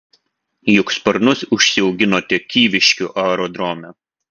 juk sparnus užsiauginote kyviškių aerodrome